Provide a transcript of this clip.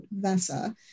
VESA